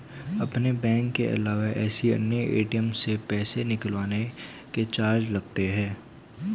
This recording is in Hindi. अपने बैंक के अलावा किसी अन्य ए.टी.एम से पैसे निकलवाने के चार्ज लगते हैं